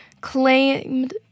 claimed